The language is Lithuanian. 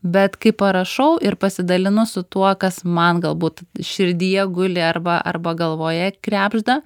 bet kai parašau ir pasidalinu su tuo kas man galbūt širdyje guli arba arba galvoje krebžda